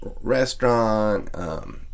restaurant